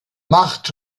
macht